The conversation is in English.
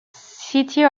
city